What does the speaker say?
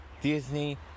Disney